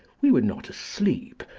we were not asleep,